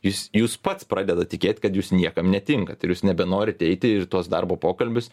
jūs jūs pats pradedat tikėt kad jūs niekam netinkat ir jūs nebenorit eiti tuos darbo pokalbius